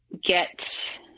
get